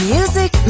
Music